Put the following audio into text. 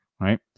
Right